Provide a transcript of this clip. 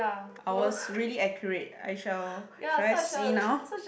I was really accurate I shall should I see now